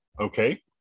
okay